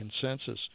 consensus